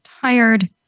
tired